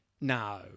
No